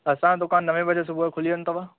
असांजो दुकान नवे बजे सुबुहजो खुली वेंदी अथव